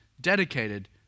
dedicated